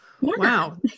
Wow